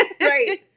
right